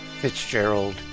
Fitzgerald